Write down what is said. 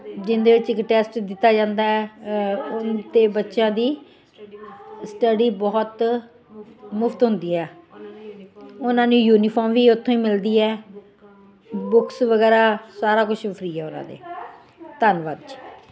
ਜਿਹਦੇ ਵਿੱਚ ਇੱਕ ਟੈਸਟ ਦਿੱਤਾ ਜਾਂਦਾ ਹੈ ਅਤੇ ਬੱਚਿਆਂ ਦੀ ਸਟਡੀ ਬਹੁਤ ਮੁਫ਼ਤ ਹੁੰਦੀ ਹੈ ਉਹਨਾਂ ਨੂੰ ਯੂਨੀਫਾਰਮ ਵੀ ਉੱਥੋਂ ਹੀ ਮਿਲਦੀ ਹੈ ਬੁਕਸ ਵਗੈਰਾ ਸਾਰਾ ਕੁਛ ਫਰੀ ਹੈ ਉਹਨਾਂ ਦੇ ਧੰਨਵਾਦ ਜੀ